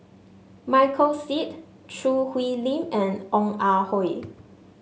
Michael Seet Choo Hwee Lim and Ong Ah Hoi